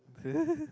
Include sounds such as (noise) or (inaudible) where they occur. (laughs)